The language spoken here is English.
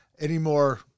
Anymore